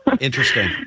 Interesting